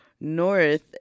north